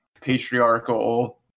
patriarchal